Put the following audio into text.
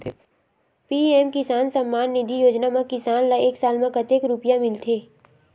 PM Kisan Samman Nidhi Yojana म किसान ल एक साल म कतेक रुपिया मिलथे?